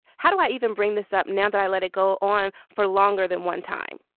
how do i even bring this up now that i let it go on for longer than one time?